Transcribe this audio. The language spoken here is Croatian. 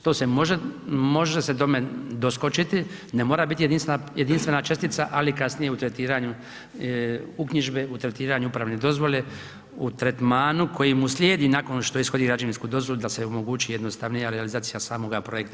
To se može, može se tome doskočiti, ne mora biti jedinstvena čestica ali kasnije u tretiranju uknjižbe, u tretiranju upravne dozvole, u tretmanu koji mu slijedi nakon što ishodi građevinsku dozvolu da se omogući jednostavnija realizacija samoga projekta.